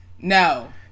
No